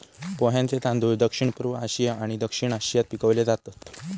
पोह्यांचे तांदूळ दक्षिणपूर्व आशिया आणि दक्षिण आशियात पिकवले जातत